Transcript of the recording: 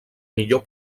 millor